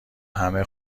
همه